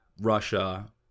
Russia